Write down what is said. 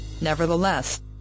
Nevertheless